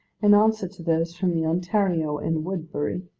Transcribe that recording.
in answer to those from the ontario and woodbury,